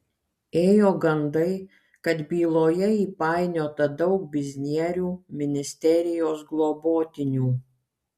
ėjo gandai kad byloje įpainiota daug biznierių ministerijos globotinių